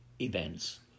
events